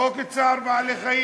חוק צער בעלי-חיים,